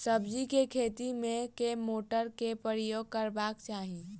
सब्जी केँ खेती मे केँ मोटर केँ प्रयोग करबाक चाहि?